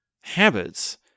habits